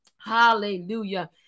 hallelujah